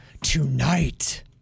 tonight